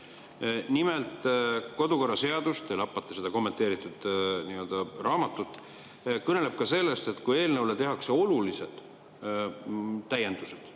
Nimelt, kodukorraseadus – te lappate seda kommenteeritud raamatut – kõneleb ka sellest, et kui eelnõus tehakse olulised täiendused